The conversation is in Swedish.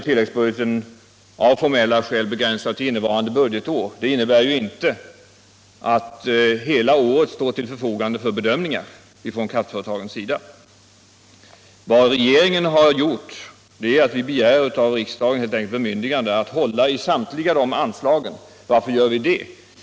Tilläggsbudgeten är begränsad till innevarande budgetår, men det innebär ju inte att hela året står till förfogande för bedömningar från kraftföretagens sida. Vad regeringen har gjort är helt enkelt att vi av riksdagen begärt bemyndigande att hålla i samtliga kärnkraftsanslag. Varför gör vi det?